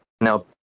now